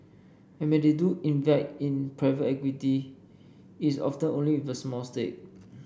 and when they do invite in private equity it's often only with a small stake